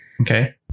Okay